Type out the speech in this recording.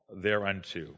thereunto